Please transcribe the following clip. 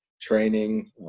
training